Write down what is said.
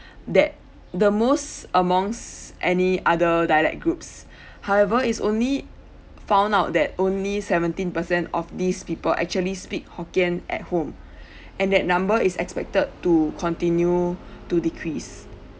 that the most amongst any other dialect groups however it's only found out that only seventeen percent of these people actually speak hokkien at home and that number is expected to continue to decrease